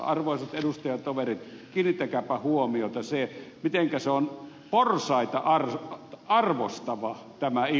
arvoisat edustajatoverit kiinnittäkääpä huomiota mitenkä se on porsaita arvostava tämä ilmaisu